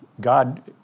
God